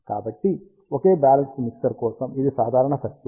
కాబట్టి ఒకే balanced mixer కోసం ఇది సాధారణ సర్క్యూట్